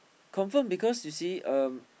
confirm because you see um